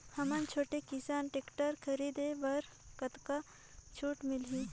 हमन छोटे किसान टेक्टर खरीदे बर कतका छूट मिलही?